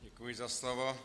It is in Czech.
Děkuji za slovo.